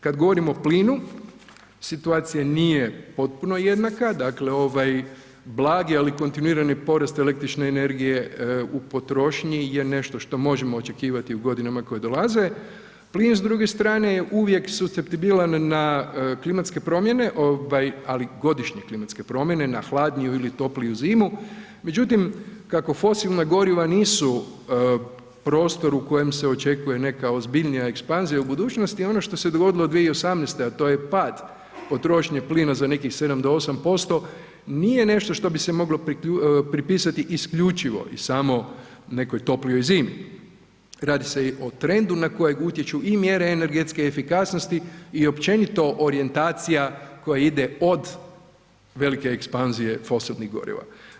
Kad govorim o plinu, situacija nije potpuno jednaka, dakle ovaj blagi ali kontinuirani porast električne energije u potrošnji je nešto što možemo očekivati u godinama koje dolaze, plin s druge strane uvijek je supstetibilan na klimatske promjene ovaj ali godišnje klimatske promjene, na hladniju ili toplinu zimu, međutim kako fosilna goriva nisu prostor u kojem se očekuje neka ozbiljnija ekspanzija u budućnosti i ono što se dogodilo 2018., a to je pad potrošnje plina za nekih 7 do 8%, nije nešto što bi se moglo pripisati isključivo i samo nekoj toplijoj zimi, radi se o trendu na kojeg utječu i mjere energetske efikasnosti i općenito orijentacija koji ide od velike ekspanzije fosilnih goriva.